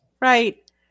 right